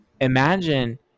Imagine